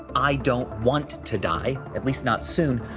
i don't want to die, at least not soon.